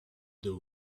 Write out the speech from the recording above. the